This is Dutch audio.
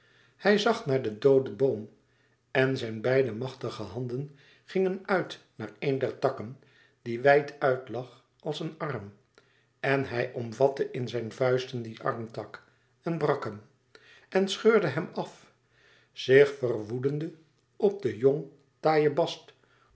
hij zag naar den dooden boom en zijn beide machtige handen gingen uit naar een der takken die wijd uit lag als een arm en hij omvatte in zijn vuisten dien armtak en brak hem en scheurde hem af zich verwoedende op de jong taaie bast